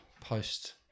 post